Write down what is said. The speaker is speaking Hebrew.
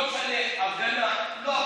לא משנה אם הפגנה או לא הפגנה,